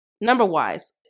Number-wise